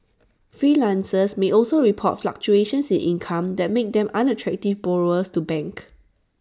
freelancers may also report fluctuations in income that make them unattractive borrowers to banks